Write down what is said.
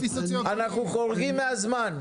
אנחנו חורגים מהזמן.